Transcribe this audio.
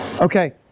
Okay